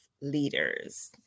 leaders